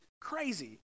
crazy